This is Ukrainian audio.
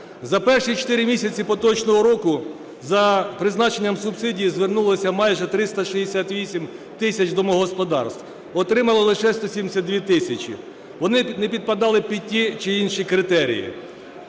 За перші 4 місяці поточного року за призначенням субсидій звернулося майже 368 тисяч домогосподарств, отримало – лише 172 тисячі. Вони не підпадали під ті чи інші критерії.